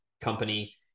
company